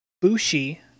Bushi